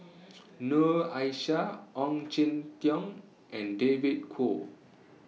Noor Aishah Ong Jin Teong and David Kwo